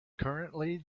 currently